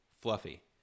Fluffy